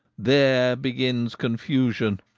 there begins confusion.